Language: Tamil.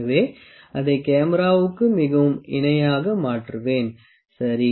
எனவே அதை கேமராவுக்கு மிகவும் இணையாக மாற்றுவேன் சரி